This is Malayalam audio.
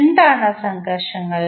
എന്താണ് ആ സംഘർഷങ്ങൾ